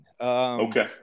Okay